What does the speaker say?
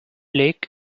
lake